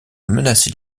menacer